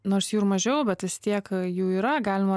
nors jų ir mažiau bet vis tiek jų yra galima